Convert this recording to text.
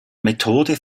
methode